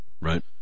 right